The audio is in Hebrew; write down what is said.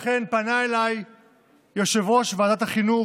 לכן פנה אליי יושב-ראש ועדת החינוך,